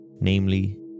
namely